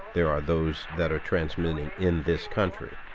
there are those that are transmitting in this country,